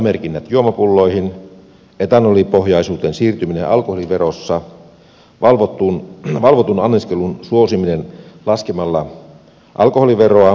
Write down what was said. haittamerkinnät juomapulloihin etanolipohjaisuuteen siirtyminen alkoholiverossa valvotun anniskelun suosiminen laskemalla alkoholiveroa ja niin edelleen